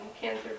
cancer